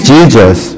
Jesus